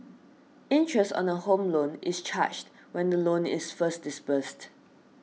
interest on a Home Loan is charged when the loan is first disbursed